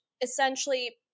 essentially